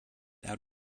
out